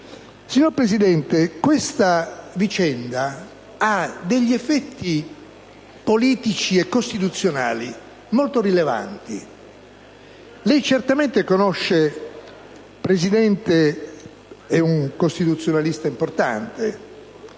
Signor Presidente, questa vicenda ha degli effetti politici e costituzionali molto rilevanti. Lei certamente conosce, signor Presidente, un costituzionalista importante,